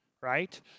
right